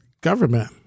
government